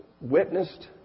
witnessed